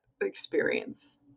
experience